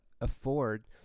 afford